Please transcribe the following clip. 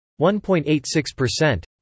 1.86%